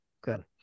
Good